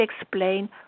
explain